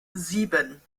sieben